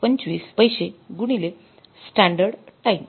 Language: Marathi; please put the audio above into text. २५ गुणिले स्टॅंडर्ड स्टॅंडर्ड टाईम